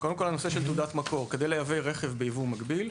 קודם כל בנושא של תעודת המקור כדי לייבא רכב ביבוא מקביל,